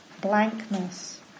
blankness